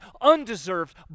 undeserved